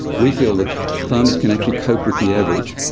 we feel that farmers can actually cope with the average,